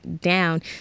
down